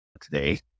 today